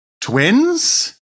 twins